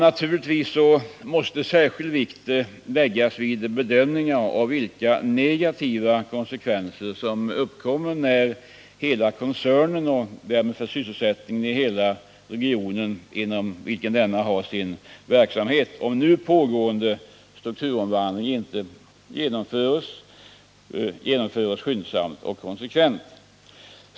Naturligtvis måste särskild vikt läggas vid bedömningar av vilka negativa konsekvenser som uppkommer för hela koncernen och därmed för sysselsättningen i hela regionen inom vilken denna har sin verksamhet, om nu pågående strukturomvandling inte genomförs konsekvent och skyndsamt.